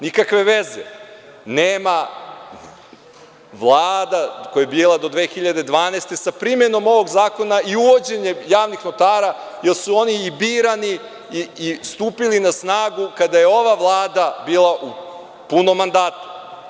Nikakve veze nema Vlada koja je bila do 2012. godine sa primenom ovog zakona i uvođenjem javnih notara, jer su oni i birani i stupili na snagu kada je ova Vlada bila u punom mandatu.